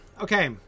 okay